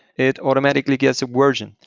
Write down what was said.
it automatically gets a version.